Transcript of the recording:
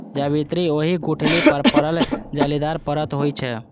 जावित्री ओहि गुठली पर पड़ल जालीदार परत होइ छै